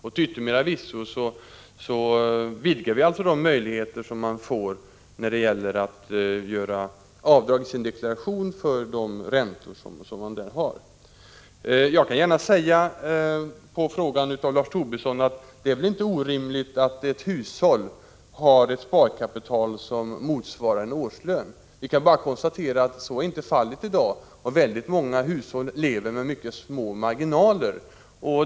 Till yttermera visso vidgar vi nu möjligheterna att göra avdrag i deklarationen för räntorna på det sparandet. Jag vill gärna säga, eftersom Lars Tobisson tog upp den frågan, att det inte är orimligt att tänka sig att ett hushåll har ett sparkapital som motsvarar en årslön. Men vi har bara att konstatera att så inte är fallet i dag. Väldigt många hushåll lever med mycket små marginaler.